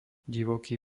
divoký